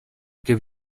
give